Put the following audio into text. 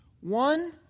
One